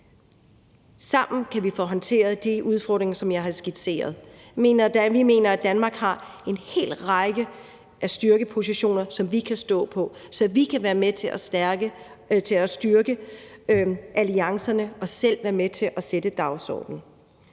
Sammen kan vi få håndteret de udfordringer, som jeg har skitseret. Vi mener, at Danmark har en helt række styrkepositioner, som vi kan stå på, så vi kan være med til at styrke alliancerne og selv være med til at sætte dagsordenen.